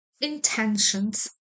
intentions